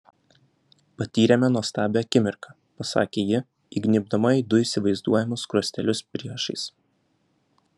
patyrėme nuostabią akimirką pasakė ji įgnybdama į du įsivaizduojamus skruostelius priešais